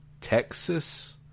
Texas